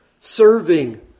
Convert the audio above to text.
serving